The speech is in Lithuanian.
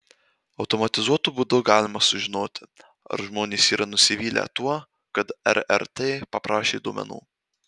automatizuotu būdu galima sužinoti ar žmonės yra nusivylę tuo kad rrt paprašė duomenų